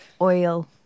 Oil